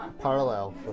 parallel